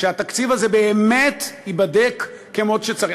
שהתקציב הזה באמת ייבדק כמו שצריך.